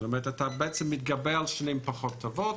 זאת אומרת אתה מתגבר על שנים פחות טובות,